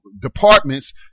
departments